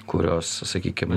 kurios sakykim